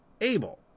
Abel